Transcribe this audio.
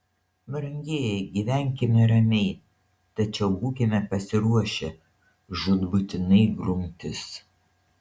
brangieji gyvenkime ramiai tačiau būkime pasiruošę žūtbūtinai grumtis